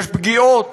יש פגיעות,